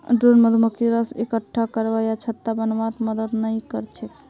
drone मधुमक्खी रस इक्कठा करवा या छत्ता बनव्वात मदद नइ कर छेक